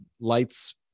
lights